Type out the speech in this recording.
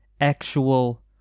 actual